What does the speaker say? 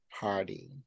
party